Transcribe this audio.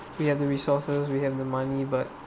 we have the resources we have the money but